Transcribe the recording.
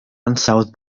ansawdd